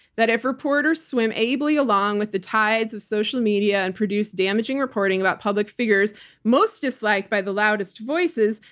that if reporters swim ably along with the tides of social media and produce damaging reporting about public figures most disliked by the loudest voices,